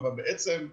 אבל בעצם,